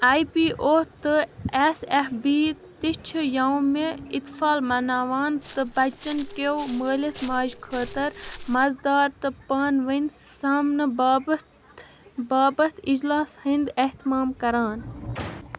I P O تہٕ S F B تہِ چھِ یومہِ اِطفال مَناوان تہٕ بَچن كیو مٲلِس ماجہِ خٲطَر مَزٕدار تہٕ پانہٕ ؤنۍ سامنہٕ باپَتھ باپَتھ اِجلاس ہٕنٛدۍ احتِمام کَران